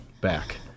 back